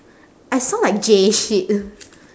I sound like gay shit